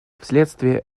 вследствие